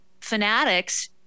Fanatics